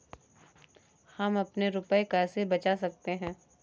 हम अपने रुपये कैसे बचा सकते हैं?